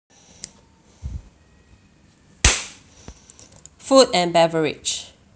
food and beverage